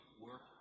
work